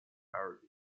power